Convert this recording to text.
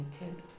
intent